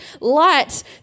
light